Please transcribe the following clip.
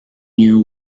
you